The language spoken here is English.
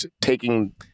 taking